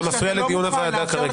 אני לא מצליח להבין מה קורה כאן.